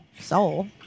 soul